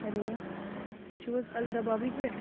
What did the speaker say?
hello تُہۍ چھُو حظ الدبابی پٮ۪ٹھ